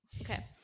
okay